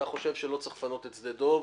אתה חושב שלא צריך לפנות את שדה דב,